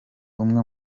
umwe